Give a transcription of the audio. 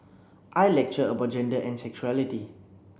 I lecture about gender and sexuality